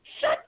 Shut